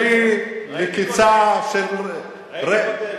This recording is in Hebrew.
כשהביא לקצה של, ראיתי כותרת: